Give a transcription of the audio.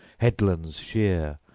headlands sheer,